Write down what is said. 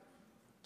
שר ביטחון.